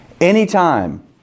Anytime